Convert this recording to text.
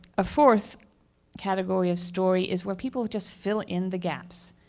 a fourth category of story is where people just fill in the gaps.